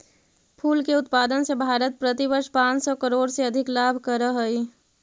फूल के उत्पादन से भारत प्रतिवर्ष पाँच सौ करोड़ से अधिक लाभ करअ हई